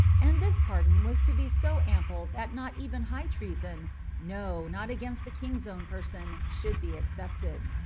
and this pardon was to be so ample that not even high treason no, not against the king's own person should be excepted.